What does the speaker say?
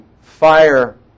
fire